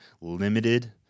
limited